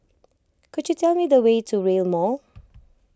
could you tell me the way to Rail Mall